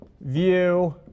view